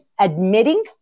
admitting